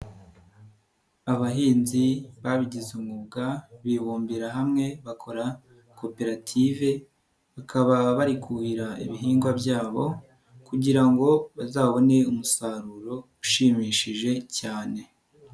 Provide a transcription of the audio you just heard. Abahinzi babigize umwuga bibumbira hamwe bakora koperative, bakaba barikuhira ibihingwa byabo kugira ngo bazabone umusaruro ushimishije cyane.